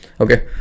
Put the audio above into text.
okay